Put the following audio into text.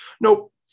Nope